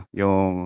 yung